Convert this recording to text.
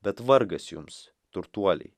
bet vargas jums turtuoliai